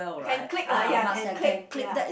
can click lah ya can click ya